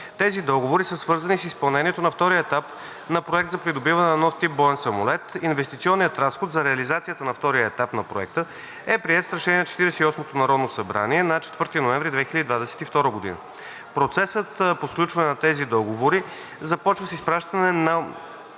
Тези договори са свързани с изпълнението на втория етап на проект за „Придобиване на нов тип боен самолет“. Инвестиционният разход за реализацията на втория етап на проекта е приет с решение от Четиридесет и осмото народно събрание на 4 ноември 2022 г. Процесът по сключване на тези договори започва с изпращане на